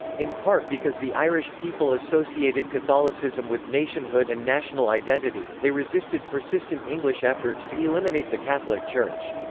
in part because the irish people associated catholicism with nationhood and national identity, they resisted persistent english efforts to eliminate the catholic church.